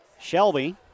Shelby